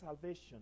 salvation